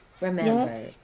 remember